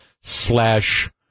slash